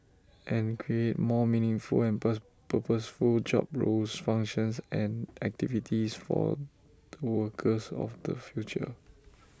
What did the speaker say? and create more meaningful and per purposeful job roles functions and activities for the workers of the future